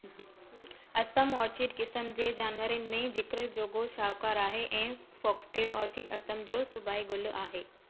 Assam orchid क़िस्म जे जनावरनि में ज़िक्र जोॻो शाहूकारु आहे ऐं फॉक्सटेल ऑर्चिड असम जो सूबाइ गुलु आहे